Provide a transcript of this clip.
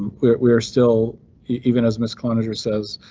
we're we're still even as miss cloninger says,